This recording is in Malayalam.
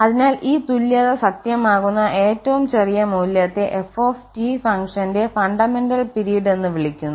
അതിനാൽ ഈ തുല്യത സത്യമാകുന്ന ഏറ്റവും ചെറിയ മൂല്യത്തെ f ഫംഗ്ഷന്റെ ഫണ്ടമെന്റൽ പിരീഡ് എന്ന് വിളിക്കുന്നു